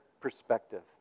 perspective